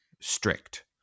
strict